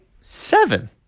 Seven